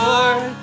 Lord